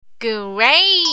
Great